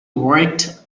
worked